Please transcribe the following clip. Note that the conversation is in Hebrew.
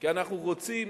כי אנחנו רוצים